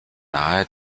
nahe